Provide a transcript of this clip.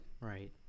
Right